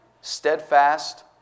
steadfast